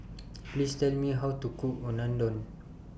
Please Tell Me How to Cook Unadon